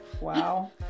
Wow